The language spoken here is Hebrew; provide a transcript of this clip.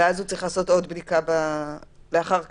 ואז הוא צריך לעשות עוד בדיקה לאחר כניסתו.